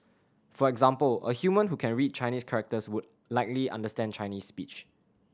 for example a human who can read Chinese characters would likely understand Chinese speech